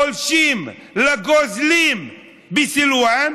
לפולשים, לגוזלים בסילוואן